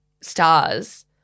stars